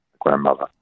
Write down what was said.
grandmother